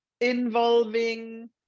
involving